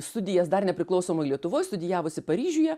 studijas dar nepriklausomoj lietuvoj studijavusi paryžiuje